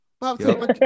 Bob